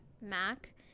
Mac